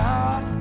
God